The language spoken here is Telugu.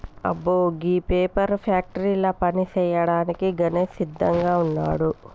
అబ్బో గీ పేపర్ ఫ్యాక్టరీల పని సేయ్యాడానికి గణేష్ సిద్దంగా వున్నాడు